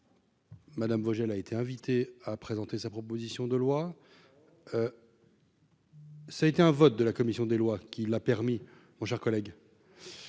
Madame Vogel a été invité à présenter sa proposition de loi. ça a été un vote de la commission des lois, qui l'a permis, mon cher collègue,